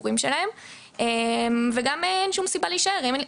כשהם גרו במעונות הסטודנטים וגם אין להם שום סיבה להישאר שם.